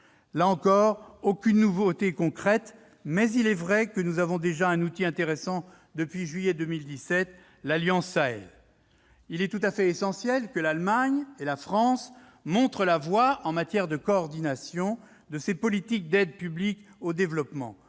Là encore, aucune nouveauté concrète. Toutefois, nous disposons déjà d'un outil intéressant depuis juillet 2017 avec l'Alliance Sahel. Il est tout à fait essentiel que l'Allemagne et la France montrent la voie en matière de coordination de ces politiques d'aide publique au développement.